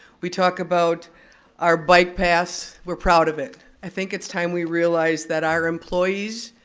we talk about our bike paths, we're proud of it. i think it's time we realized that our employees,